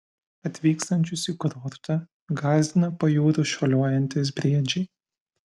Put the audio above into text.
atvykstančius į kurortą gąsdina pajūriu šuoliuojantys briedžiai